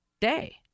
day